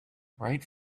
write